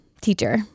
teacher